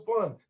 fun